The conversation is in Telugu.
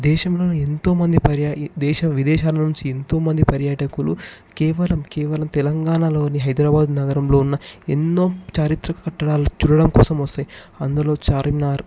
దేశంలోని ఎంతో మంది పర్యాయ దేశ విదేశాలనుంచి ఎంతో మంది పర్యాటకులు కేవలం కేవలం తెలంగాణలోని హైదరాబాద్ నగరంలో ఉన్న ఎన్నో చారిత్రక కట్టడాలు చూడడం కోసం వస్తాయి అందులో చార్మినార్